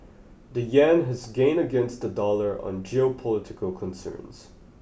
the yen has gained against the dollar on geopolitical concerns